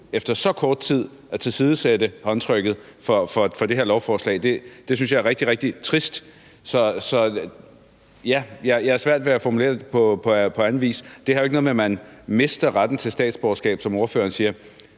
efter så kort tid at tilsidesætte håndtrykket i forbindelse med det her lovforslag, synes jeg er rigtig, rigtig trist. Ja, jeg har svært ved at formulere det på anden vis, end at det jo ikke har noget at gøre med, at man mister retten til statsborgerskab, som ordføreren siger.